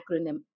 acronym